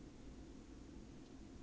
种得活 meh